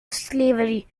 slavery